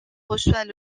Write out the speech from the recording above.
reçoit